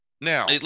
Now